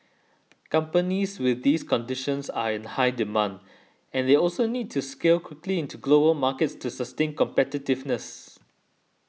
companies with these conditions are in high demand and they also need to scale quickly into global markets to sustain competitiveness